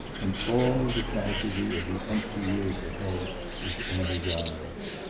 and all the tragedy of the empty years ahead was in his eyes.